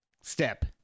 step